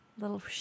Little